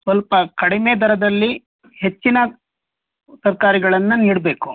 ಸ್ವಲ್ಪ ಕಡಿಮೆ ದರದಲ್ಲಿ ಹೆಚ್ಚಿನ ತರಕಾರಿಗಳನ್ನ ನೀಡಬೇಕು